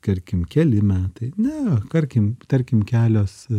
tarkim keli metai ne tarkim tarkim kelios